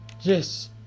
Yes